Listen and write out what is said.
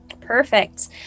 perfect